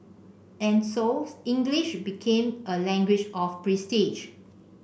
and so English became a language of prestige